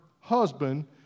husband